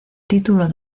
título